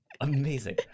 Amazing